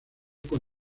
con